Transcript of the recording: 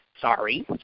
Sorry